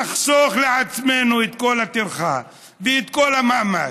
נחסוך לעצמנו את כל הטרחה ואת כל המאמץ,